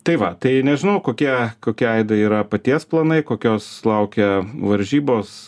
tai va tai nežinau kokie kokie aidai yra paties planai kokios laukia varžybos